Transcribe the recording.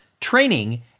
training